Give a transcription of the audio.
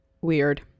Weird